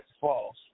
false